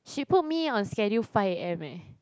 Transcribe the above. she put me on schedule five a_m leh